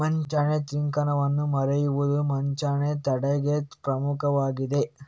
ವಂಚನೆ ತ್ರಿಕೋನವನ್ನು ಮುರಿಯುವುದು ವಂಚನೆ ತಡೆಗೆ ಪ್ರಮುಖವಾಗಿದೆ